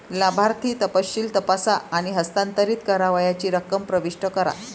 लाभार्थी तपशील तपासा आणि हस्तांतरित करावयाची रक्कम प्रविष्ट करा